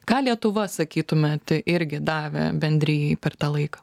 ką lietuva sakytumėt irgi davė bendrijai per tą laiką